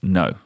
no